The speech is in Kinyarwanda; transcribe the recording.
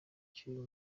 cy’uyu